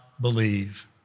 believe